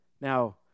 Now